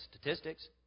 statistics